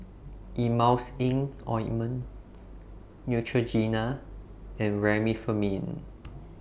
Emulsying Ointment Neutrogena and Remifemin